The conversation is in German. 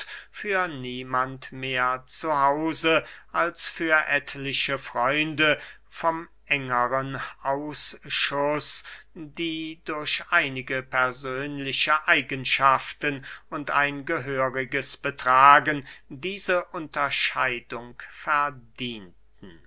für niemand mehr zu hause als für etliche freunde vom engeren ausschuß die durch einige persönliche eigenschaften und ein gehöriges betragen diese unterscheidung verdienten